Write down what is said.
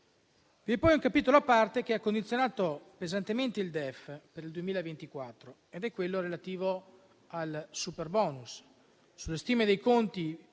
Vi è poi un capitolo a parte che ha condizionato pesantemente il DEF per il 2024, quello relativo al superbonus.